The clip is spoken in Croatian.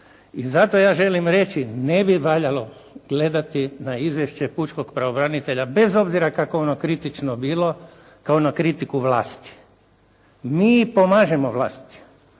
i zato ja želim reći ne bi valjalo gledati na Izvješće pučkog pravobranitelja bez obzira kako ono kritično bilo kao na kritiku vlasti. Mi pomažemo vlasti.